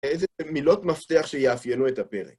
איזה מילות מפתח שיאפיינו את הפרק?